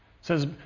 says